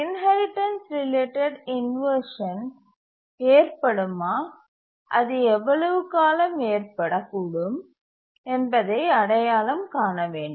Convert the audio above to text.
inheritance related inversion ஏற்படுமா அது எவ்வளவு காலம் ஏற்படக்கூடும் என்பதை அடையாளம் காண வேண்டும்